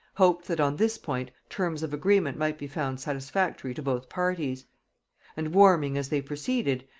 hoped that on this point terms of agreement might be found satisfactory to both parties and warming as they proceeded,